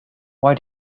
why